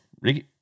Ricky